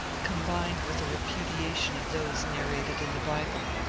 combined with a repudiation of those narrated in the bible.